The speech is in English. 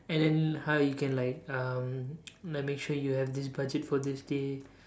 and then how you can like um like make sure you have this budget for this day